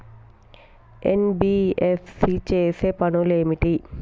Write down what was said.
NBFC చేసే పనులు ఏమిటి?